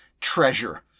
treasure